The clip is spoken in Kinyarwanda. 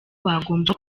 bagomba